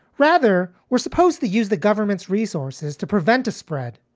rather, we're supposed to use the government's resources to prevent a spread.